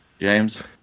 James